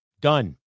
Done